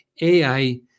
AI